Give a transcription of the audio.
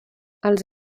els